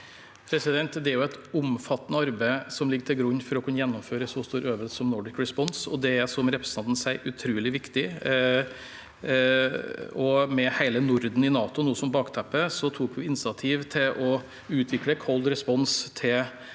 Det er et om- fattende arbeid som ligger til grunn for å kunne gjennomføre en så stor øvelse som Nordic Response, og det er, som representanten sier, utrolig viktig. Med hele Norden i NATO som bakteppe tok vi initiativ til å utvikle Cold Response til